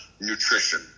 nutrition